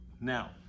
Now